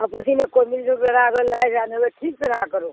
آپ اسی میں کوئی مل جل کے رہا اگر ٹھیک سے رہا کرو